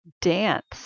dance